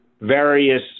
various